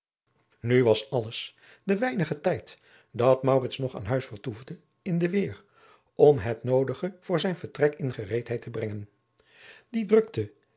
nu was alles den weinigen tijd dat maurits nog aan huis vertoefde in de weer om het noodige voor zijn vertrek in gereedheid te brengen die drukte